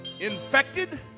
infected